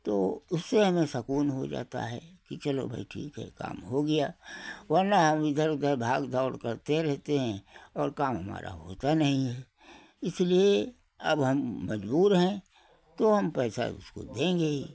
तो उससे हमें सकून हो जाता है कि चलो भई ठीक है काम हो गया वरना हम इधर उधर भाग दौड़ करते रहते हैं और काम हमारा होता नहीं है इसलिए अब हम मजबूर हैं तो हम पैसा उसको देंगे ही